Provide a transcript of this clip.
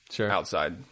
outside